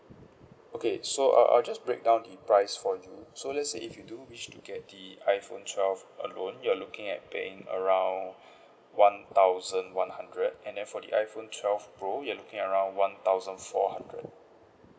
okay so I'll I'll just break down the price for you so let's say if you do wish to get the iphone twelve alone you're looking at paying around one thousand one hundred and then for the iphone twelve pro you're looking around one thousand four hundred